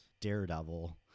Daredevil